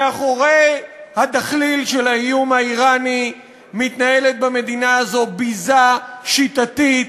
מאחורי הדחליל של האיום האיראני מתנהלת במדינה הזאת ביזה שיטתית